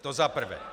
To za prvé.